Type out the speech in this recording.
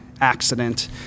accident